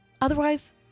Otherwise